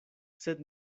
sed